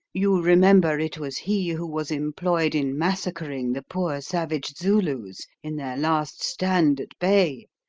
you remember, it was he who was employed in massacring the poor savage zulus in their last stand at bay,